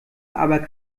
aber